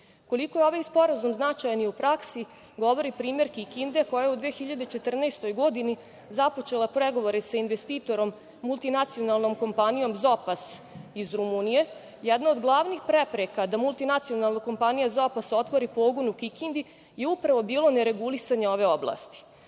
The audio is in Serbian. je ovaj sporazum značajan i u praksi govori primer Kikinde, koja je u 2014. godini započela pregovore sa investitorom, multinacionalnom kompanijom „Zopas“ iz Rumunije. Jedna od glavnih prepreka da multinacionalna kompanija „Zopas“ otvori pogon u Kikindi je upravo bilo neregulisanje ove oblasti.